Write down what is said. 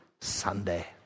Sunday